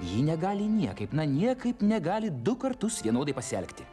ji negali niekaip na niekaip negali du kartus vienodai pasielgti